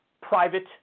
private